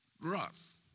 rough